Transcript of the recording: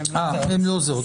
אבל הן לא זהות.